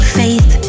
faith